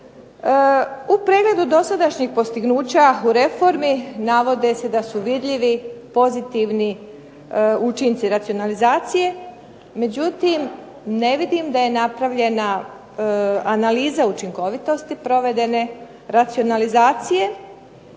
U pregledu dosadašnjih postignuća u reformi navode se da su vidljivi pozitivni učinci racionalizacije. Međutim, ne vidim da je napravljena analiza učinkovitosti provedene racionalizacije,